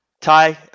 Ty